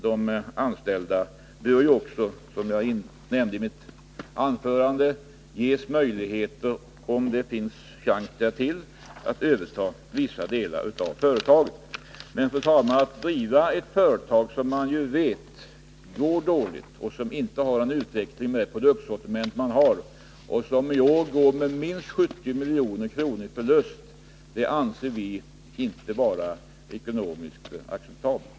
De anställda bör också, som jag nämnde i mitt anförande nyss, ges möjligheter att överta vissa delar av företaget. Men att driva ett företag som inte har någon utveckling med det produktsortiment som nu finns och som man vet går dåligt — förlusten blir i år minst 70 milj.kr. — anser vi inte vara ekonomiskt acceptabelt.